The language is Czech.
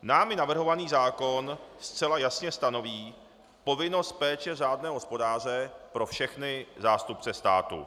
Námi navrhovaný zákon zcela jasně stanoví povinnost péče řádného hospodáře pro všechny zástupce státu.